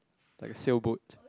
like a sailboat